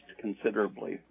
considerably